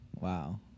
wow